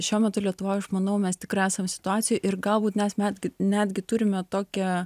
šiuo metu lietuvoj aš manau mes tikrai esam situacijoj ir galbūt nes mes netgi turime tokią